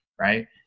Right